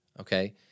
okay